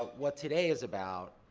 what today is about,